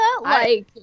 Like-